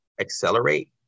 accelerate